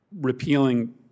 Repealing